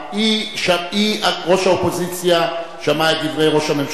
ראש האופוזיציה שמעה את דברי ראש הממשלה.